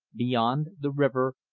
beyond, the river,